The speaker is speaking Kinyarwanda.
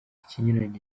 ikinyuranyo